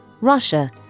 Russia